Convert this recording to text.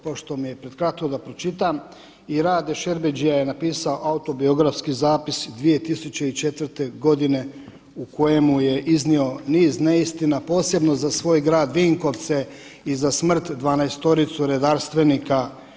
Pošto mi je prekratko da pročitam, i Rade Šerbedžija je napisao autobiografski zapis 2004. godine u kojemu je iznio niz neistina posebno za svoj grad Vinkovce i za smrt 12-ice redarstvenika.